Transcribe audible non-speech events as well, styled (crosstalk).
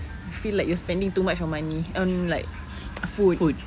feel like you're spending too much of money on like (noise) food